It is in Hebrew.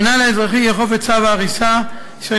המינהל האזרחי יאכוף את צו ההריסה אשר